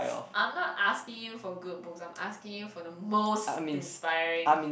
I'm not asking you for good books I'm asking you for the most inspiring